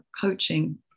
coaching